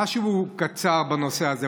משהו קצר בנושא הזה.